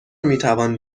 میتوان